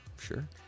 Sure